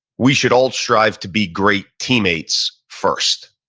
we should all strive to be great teammates first,